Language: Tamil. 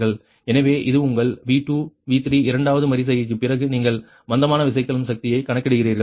எனவே இது உங்கள் V2 V3 இரண்டாவது மறு செய்கைக்குப் பிறகு நீங்கள் மந்தமான விசைக்கலம் சக்தியைக் கணக்கிடுகிறீர்கள்